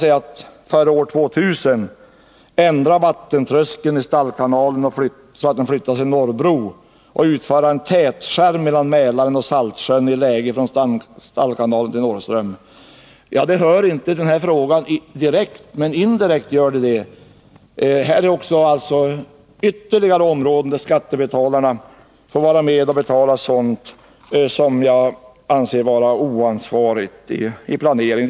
”Dessa innebär i stort att vattentröskeln i Stallkanalen flyttas till Norrbro samt att en ”tätskärm” utförs mellan Mälaren och Saltsjön i läge från Stallkanalen över Riksplan till Norrström.” Detta hör inte direkt till den här frågan, men indirekt hör den hit. Här gäller det ytterligare områden där skattebetalarna får vara med och betala sådant som jag anser vara oansvarigt i planeringen.